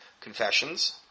confessions